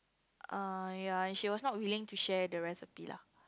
err ya she was not willing to share the recipe lah